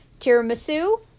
Tiramisu